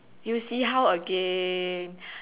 you see how again